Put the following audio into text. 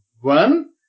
one